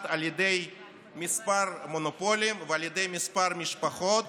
על ידי כמה מונופולים ועל ידי כמה משפחות